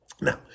Now